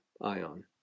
ion